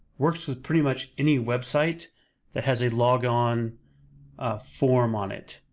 works with pretty much any website that has a log on ah form on it.